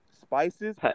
spices